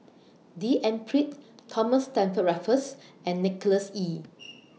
D N Pritt Thomas Stamford Raffles and Nicholas Ee